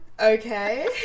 Okay